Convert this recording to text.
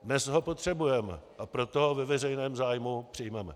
Dnes ho potřebujeme, a proto ho ve veřejném zájmu přijmeme.